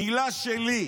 מילה שלי.